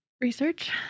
research